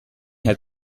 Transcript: had